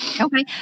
Okay